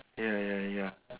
ya ya ya